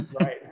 right